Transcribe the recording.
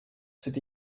cet